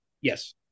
Yes